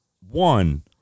one